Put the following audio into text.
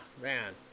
man